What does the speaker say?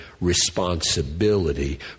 responsibility